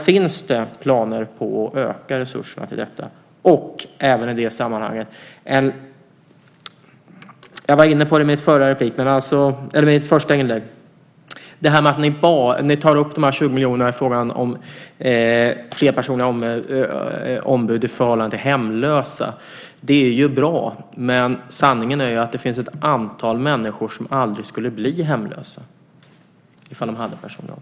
Finns det planer på att öka resurserna till detta? I det sammanhanget kan jag peka på, och jag var inne på det i mitt första inlägg, att ni tar upp de 20 miljonerna i frågan om fler personliga ombud i förhållande till hemlösa. Det är ju bra, men sanningen är att det finns ett antal människor som aldrig skulle bli hemlösa om de hade ett personligt ombud.